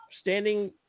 standing